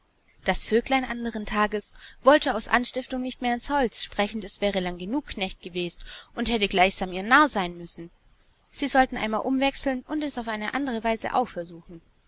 das vöglein anderes tages wollte aus anstiftung nicht mehr ins holz sprechend es wäre lang genug knecht gewest und hätte gleichsam ihr narr seyn müssen sie sollten einmal umwechseln und es auf eine andere weise auch